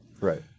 Right